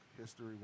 history